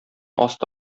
асты